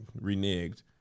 reneged